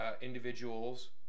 individuals